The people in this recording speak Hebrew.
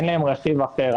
אין להם רכיב אחר.